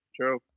true